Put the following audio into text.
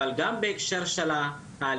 אבל גם בהקשר של העלייה,